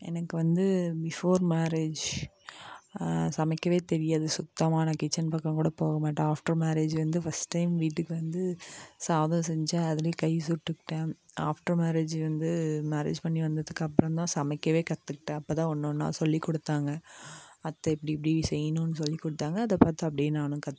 எனக்கு வந்து before marriage சமைக்கவே தெரியாது சுத்தமாக நான் கிச்சன் பக்கம் கூட போக மாட்டேன் ஆஃப்டர் மேரேஜ் வந்து ஃபர்ஸ்ட் டைம் வீட்டுக்கு வந்து சாதம் செஞ்சேன் அதுலேயே கை சுட்டுக்கிட்டேன் ஆஃப்டர் மேரேஜ் வந்து மேரேஜ் பண்ணி வந்ததுக்கு அப்புறம்தான் சமைக்கவே கற்றுக்கிட்டேன் அப்பதான் ஒன்று ஒன்றா சொல்லி கொடுத்தாங்க அத்தை இப்படி இப்படி செய்யணுன்னு சொல்லி கொடுத்தாங்க அதை பார்த்து நானும் அப்படியே கற்றுக்கிட்டேன்